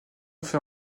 fer